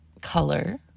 color